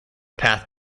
path